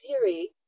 theory